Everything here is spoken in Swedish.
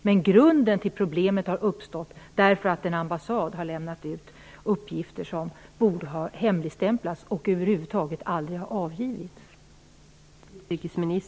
Men problemet har uppstått därför att en ambassad har lämnat ut uppgifter som borde ha hemligstämplats, som över huvud taget aldrig borde ha avgivits.